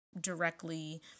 directly